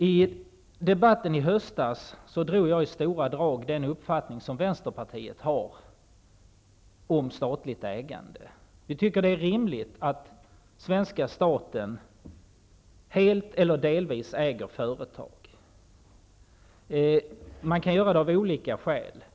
I debatten i höstas redogjorde jag i stora drag för den uppfattning Vänsterpartiet har i fråga om statligt ägande. Vi tycker att det är rimligt att svenska staten helt eller delvis äger företag. Man kan se olika skäl till detta.